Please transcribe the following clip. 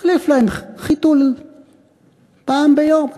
להחליף להם חיתול פעם ביום.